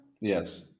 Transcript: Yes